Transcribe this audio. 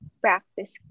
practice